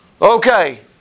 okay